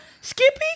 Skippy